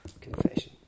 confession